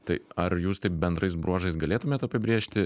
tai ar jūs taip bendrais bruožais galėtumėt apibrėžti